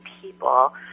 people